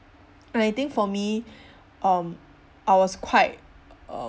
and I think for me um I was quite um